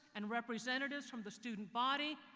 and representatives from the student body,